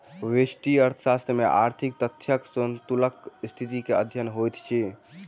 व्यष्टि अर्थशास्त्र में आर्थिक तथ्यक संतुलनक स्थिति के अध्ययन होइत अछि